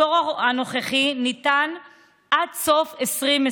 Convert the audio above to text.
הפטור הנוכחי ניתן עד סוף 2020,